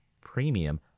Premium